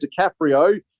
DiCaprio